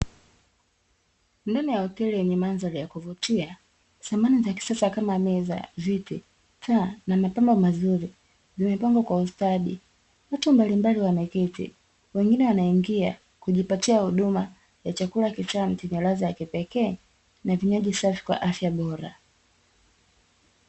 Ndani ya hoteli yenye mandhari ya kuvutia; samani za kisasa kama meza, viti, taa na mapambo mazuri, vimepangwa kwa ustadi. Watu mbalimbali wameketi, wengine wanaingia kujipatia huduma ya chakula kitamu chenye ladha ya kipekee, na vinywaji safi kwa afya bora.